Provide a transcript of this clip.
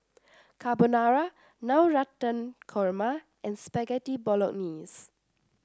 Carbonara Navratan Korma and Spaghetti Bolognese